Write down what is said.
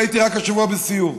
והייתי רק השבוע בסיור,